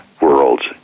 worlds